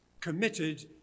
committed